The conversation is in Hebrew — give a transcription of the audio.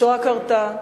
השואה קרתה,